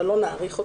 אבל לא נאריך אותן.